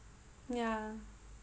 yeah